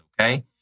okay